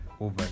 over